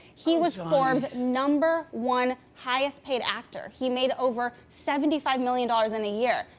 he was forbes' number one highest paid actor. he made over seventy five million dollars in a year.